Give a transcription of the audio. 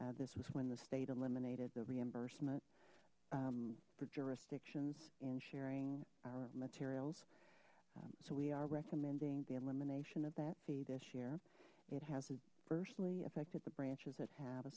ago this was when the state eliminated the reimbursement for jurisdictions in sharing our materials so we are recommending the elimination of that fee this year it has adversely affected the branches that have a